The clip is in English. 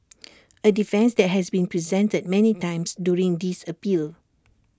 A defence that has been presented many times during this appeal